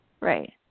Right